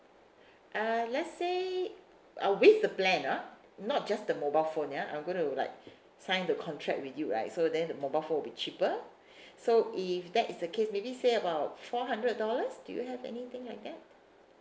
uh let's say uh with the plan ah not just the mobile phone ya I'm going to like sign the contract with you right so then the mobile phone will be cheaper so if that is the case maybe say about four hundred dollars do you have anything like that